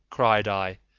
cried i,